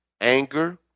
anger